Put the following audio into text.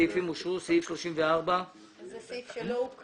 הצבעה בעד, פה אחד סעיפים 32 ו-33